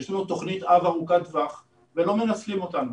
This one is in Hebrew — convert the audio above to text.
יש לנו תוכנית אב ארוכת טווח ולא מנצלים אותנו.